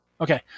Okay